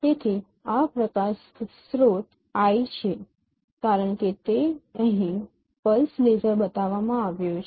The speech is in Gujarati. તેથી આ પ્રકાશ સ્રોત I છે કારણ કે તે અહીં પલ્સ લેસર બતાવવામાં આવ્યો છે